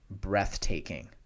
breathtaking